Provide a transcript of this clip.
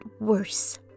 worse